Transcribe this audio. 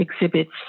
exhibits